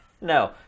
no